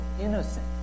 innocent